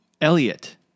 Elliot